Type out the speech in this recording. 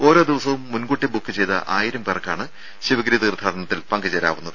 ഓരോ ദിവസവും മുൻകൂട്ടി ബുക്ക് ചെയ്ത ആയിരം പേർക്കാണ് ശിവഗിരി തീർത്ഥാടനത്തിൽ പങ്കുചേരാവുന്നത്